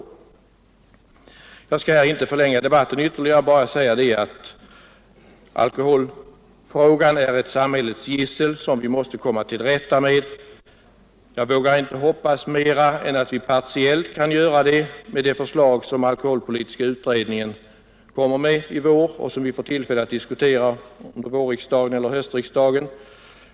Sedan skall jag inte förlänga denna debatt mycket mera utan vill bara tillägga att alkoholen är ett samhällsgissel som vi måste komma till rätta med. Jag vågar inte hoppas på mer än att vi skall kunna göra det partiellt med de förslag som alkoholpolitiska utredningen lägger fram i vår och som vi får tillfälle att diskutera under våroch höstriksdagen nästa år.